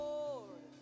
Lord